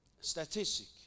statistic